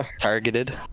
targeted